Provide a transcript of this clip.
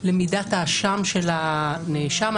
למידת האשם של הנאשם.